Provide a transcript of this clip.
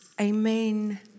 Amen